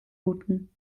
wurden